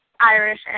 Irish